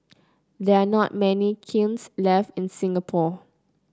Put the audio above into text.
there are not many kilns left in Singapore